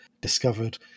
discovered